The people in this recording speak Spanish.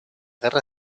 guerra